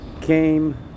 came